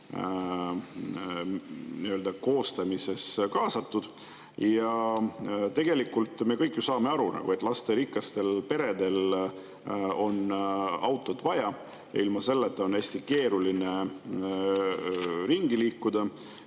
koostamisse kaasatud. Me kõik ju saame aru, et lasterikastel peredel on autot vaja, ilma selleta on hästi keeruline ringi liikuda.